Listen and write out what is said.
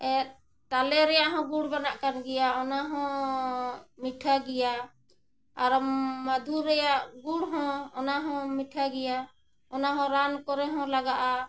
ᱛᱟᱞᱮ ᱨᱮᱭᱟᱜ ᱦᱚᱸ ᱜᱩᱲ ᱵᱟᱱᱟᱜ ᱠᱟᱱ ᱜᱮᱭᱟ ᱚᱱᱟ ᱦᱚᱸ ᱢᱤᱴᱷᱟᱹ ᱜᱮᱭᱟ ᱟᱨ ᱢᱟᱫᱷᱩ ᱨᱮᱭᱟᱜ ᱜᱩᱲ ᱦᱚᱸ ᱚᱱᱟ ᱦᱚᱸ ᱢᱤᱴᱷᱟᱹ ᱜᱮᱭᱟ ᱚᱱᱟ ᱦᱚᱸ ᱨᱟᱱ ᱠᱚᱨᱮ ᱦᱚᱸ ᱞᱟᱜᱟᱜᱼᱟ